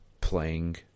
playing